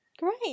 great